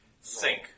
sink